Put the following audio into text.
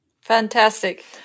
fantastic